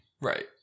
Right